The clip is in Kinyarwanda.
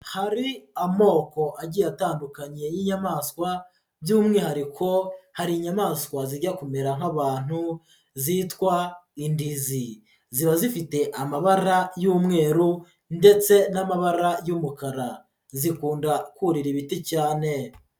Hari amoko agiye atandukanye y'inyamaswa, by'umwihariko hari inyamaswa zijya kumera nk'abantu, zitwa indizi. Ziba zifite amabara y'umweru ndetse n'amabara y'umukara, zikunda kurira ibiti cyane.